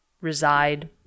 reside